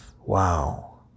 Wow